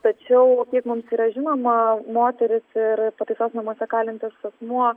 tačiau kiek mums yra žinoma moteris ir pataisos namuose kalintas asmuo